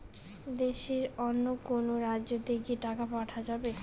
দেশের অন্য কোনো রাজ্য তে কি টাকা পাঠা যাবে?